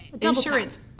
insurance